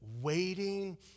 waiting